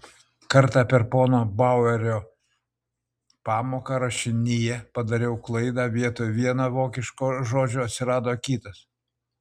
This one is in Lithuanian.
kartą per pono bauerio pamoką rašinyje padariau klaidą vietoj vieno vokiško žodžio atsirado kitas